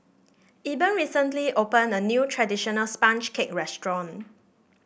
Eben recently opened a new traditional sponge cake restaurant